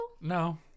no